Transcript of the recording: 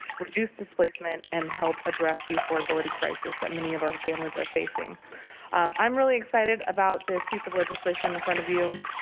reduce displacement and help address the affordability crisis that many of our families are facing i'm excited about this piece of legislation in front of you.